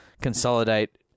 consolidate